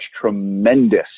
tremendous